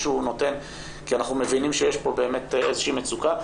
שהוא נותן כי אנחנו מבינים שיש כאן באמת איזושהי מצוקה.